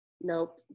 Nope